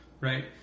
right